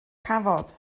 cafodd